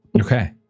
Okay